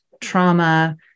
trauma